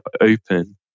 open